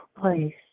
place